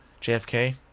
JFK